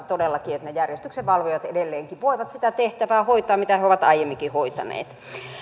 todellakin että järjestyksenvalvojat edelleenkin voivat sitä tehtävää hoitaa mitä he ovat aiemminkin hoitaneet